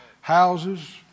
houses